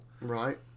Right